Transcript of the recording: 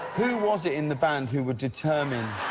who was it in the band who would determine